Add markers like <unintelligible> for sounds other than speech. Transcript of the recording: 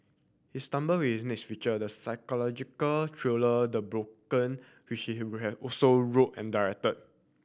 he stumble with his next feature the psychological thriller The Broken which he <unintelligible> also wrote and directed